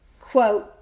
quote